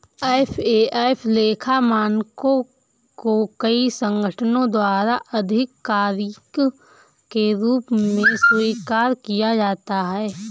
FAF लेखा मानकों को कई संगठनों द्वारा आधिकारिक के रूप में स्वीकार किया जाता है